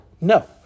no